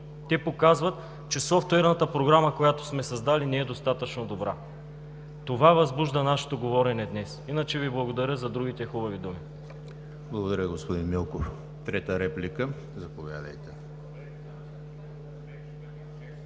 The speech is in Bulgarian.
Те показват, че софтуерната програма, която сме създали, не е достатъчно добра. Това възбужда нашето говорене днес. Благодаря Ви за другите хубави думи. ПРЕДСЕДАТЕЛ ЕМИЛ ХРИСТОВ: Благодаря, господин Милков. Трета реплика? Заповядайте.